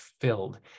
filled